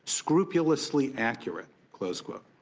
scrupulously accurate, close quote.